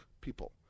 people